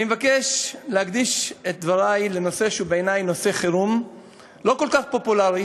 אני מבקש להקדיש את דברי לנושא שהוא בעיני נושא חירום לא כל כך פופולרי.